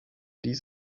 dies